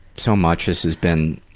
so much, this has been,